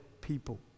people